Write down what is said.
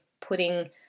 putting